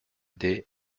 des